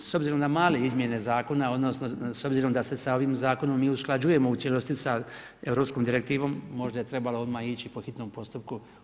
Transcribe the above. S obzirom na male izmjene zakona odnosno s obzirom da se sa ovim zakonom mi usklađujemo u cijelosti sa europskom direktivom, možda je trebalo odmah ići po hitnom postupku?